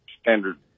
standard